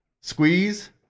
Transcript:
squeeze